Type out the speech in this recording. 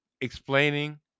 explaining